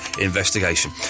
investigation